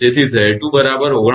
તેથી 𝑍2 બરાબર 49